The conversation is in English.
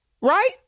Right